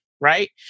right